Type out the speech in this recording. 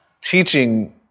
teaching